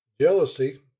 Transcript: Jealousy